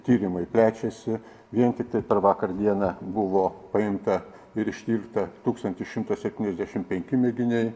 tyrimai plečiasi vien tiktai per vakar dieną buvo paimta ir ištirta tūkstantis šimtas septyniasdešimt penki mėginiai